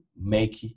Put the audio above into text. make